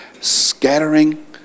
Scattering